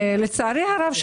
לצערי הרב,